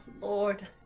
Lord